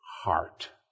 heart